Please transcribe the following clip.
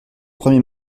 premier